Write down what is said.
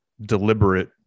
deliberate